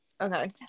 Okay